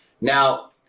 Now